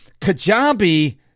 Kajabi